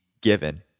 given